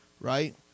right